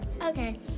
Okay